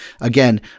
again